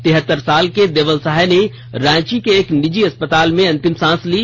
तिहतर साल के देवल सहाय ने रांची के एक निजी अस्पताल में अंतिम सांस ली